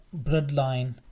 bloodline